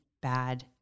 bad